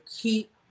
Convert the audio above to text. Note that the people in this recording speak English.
keep